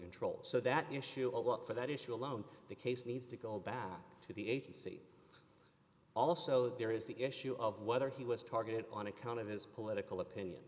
control so that issue a lot for that issue alone the case needs to go back to the agency also there is the issue of whether he was targeted on account of his political opinion